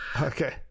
Okay